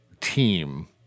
team